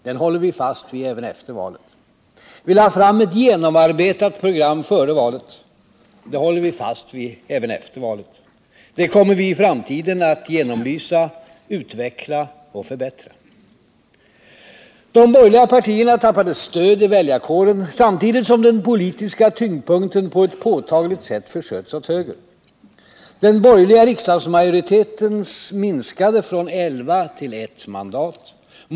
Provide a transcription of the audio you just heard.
Den håller vi fast vid även efter valet. Vi lade fram ett genomarbetat program före valet. Det håller vi fast vid även efter valet. Det kommer vi i framtiden att genomlysa, utveckla och förbättra. De borgerliga partierna tappade stöd i väljarkåren, samtidigt som den politiska tyngdpunkten på ett påtagligt sätt försköts åt höger. Den borgerliga riksdagsmajoriteten minskade från elva till ett mandat.